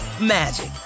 magic